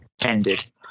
ended